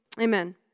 Amen